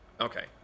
Okay